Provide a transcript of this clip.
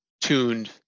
tuned